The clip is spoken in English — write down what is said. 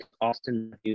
Austin